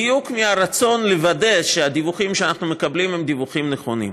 בדיוק מהרצון לוודא שהדיווחים שאנחנו מקבלים הם דיווחים נכונים.